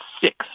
six